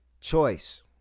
choice